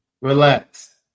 Relax